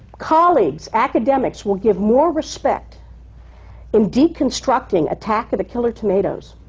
colleagues, academics, will give more respect in deconstructing attack of the killer tomatoes